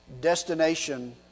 destination